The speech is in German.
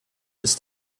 ist